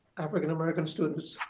african-american students.